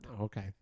Okay